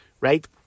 right